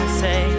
say